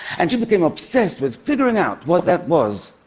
and she became obsessed with figuring out what that was.